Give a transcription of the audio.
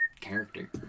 character